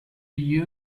you